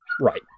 right